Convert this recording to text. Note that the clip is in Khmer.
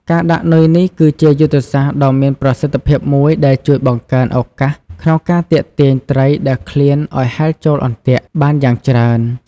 ការដាក់នុយនេះគឺជាយុទ្ធសាស្ត្រដ៏មានប្រសិទ្ធភាពមួយដែលជួយបង្កើនឱកាសក្នុងការទាក់ទាញត្រីដែលឃ្លានឲ្យហែលចូលអន្ទាក់បានយ៉ាងច្រើន។